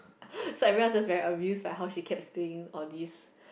so every round I'm just very obvious like how she catch to you all this